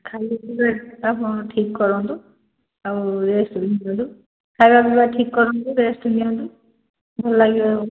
ଖାଇବା ପିଇବା ଆପଣ ଠିକ କରନ୍ତୁ ଆଉ ରେଷ୍ଟ ବି ନିିଅନ୍ତୁ ଖାଇବା ପିଇବା ଠିକ୍ କରନ୍ତୁ ରେଷ୍ଟ ନିଅନ୍ତୁ ଭଲ ଲାଗିବ ଆଉ